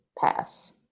pass